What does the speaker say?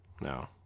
No